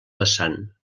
vessant